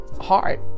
hard